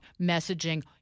messaging